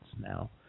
now